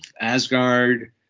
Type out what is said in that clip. Asgard